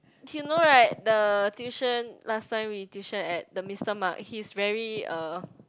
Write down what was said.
you know [right] the tuition last time we tuition at the Mister Mark he's very uh